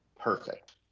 perfect